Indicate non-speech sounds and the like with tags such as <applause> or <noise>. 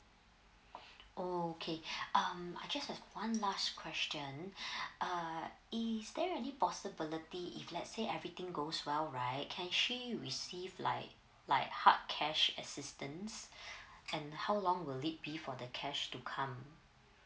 <breath> oh okay <breath> um I just have one last question <breath> uh is there any possibility if let's say everything goes well right can she receive like like hard cash assistance <breath> and how long will it be for the cash to come um